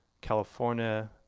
California